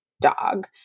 dog